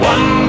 One